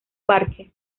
parque